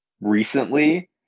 recently